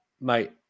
mate